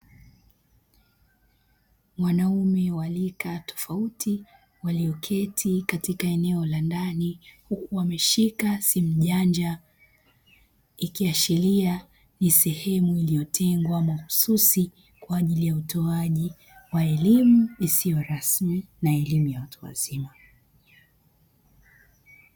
Wanaume waliokaa tofauti walioketi katika eneo la ndani huku wameshika simu janja, ikiashiria ni sehemu iliyotengwa mahususi kwa ajili ya utoaji wa elimu isiyo rasmi na elimu ya watu wazima.